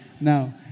No